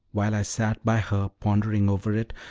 while i sat by her, pondering over it,